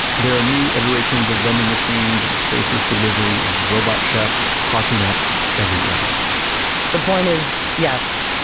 there are new iterations of vending machines, and faceless delivery, and robot chefs popping up everywhere the point is, yes,